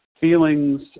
Feelings